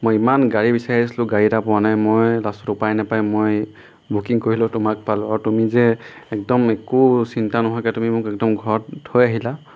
মই ইমান গাড়ী বিচাৰি আছিলোঁ গাড়ী এটা পোৱা নাই মই লাষ্টত উপায় নাপায় মই বুকিং কৰিলোঁ তোমাক পালোঁ আৰু তুমি যে একদম একো চিন্তা নোহোৱাকৈ তুমি মোক একদম ঘৰত থৈ আহিলা